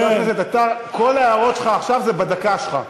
חבר הכנסת עטר, כל ההערות שלך עכשיו זה בדקה שלך.